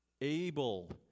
Able